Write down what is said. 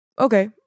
Okay